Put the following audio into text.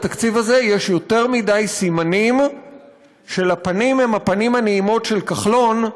בתקציב הזה יש יותר מדי סימנים שהפנים הן הפנים הנעימות של כחלון,